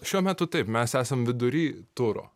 šiuo metu taip mes esam vidury turo